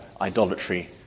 idolatry